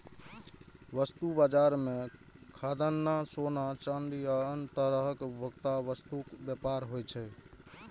वस्तु बाजार मे खाद्यान्न, सोना, चांदी आ आन तरहक उपभोक्ता वस्तुक व्यापार होइ छै